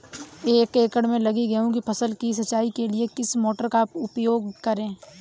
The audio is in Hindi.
एक एकड़ में लगी गेहूँ की फसल की सिंचाई के लिए किस मोटर का उपयोग करें?